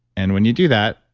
and when you do that,